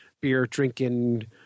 beer-drinking